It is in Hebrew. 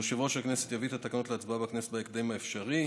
יושב-ראש הכנסת יביא את התקנות להצבעה בכנסת בהקדם האפשרי.